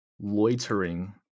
Loitering